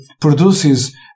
produces